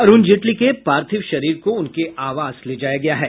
अरूण जेटली के पार्थिव शरीर को उनके आवास ले जाया गया है